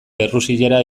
errusiera